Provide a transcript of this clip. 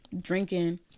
drinking